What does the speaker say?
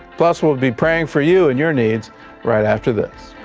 plus, we'll be praying for you and your needs right after this.